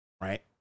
right